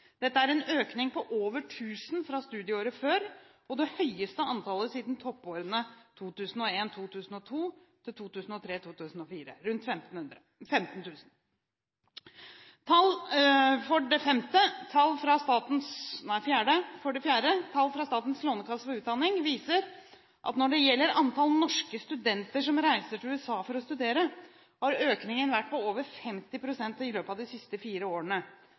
Dette er en økning på over tusen fra studieåret før, og det høyeste antallet siden toppårene 2001–2002 og 2003–2004, da det var rundt 15 000. For det fjerde: Tall fra Statens lånekasse for utdanning viser at når det gjelder antall norske studenter som reiser til USA for å studere, har økningen vært på over 50 pst. i løpet av de siste fire årene.